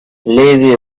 livy